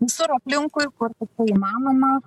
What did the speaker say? visur aplinkui kur įmanoma